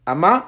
Ama